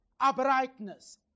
uprightness